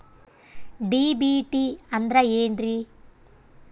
DBT ಅಂದ್ರ ಏನ್ರಿ?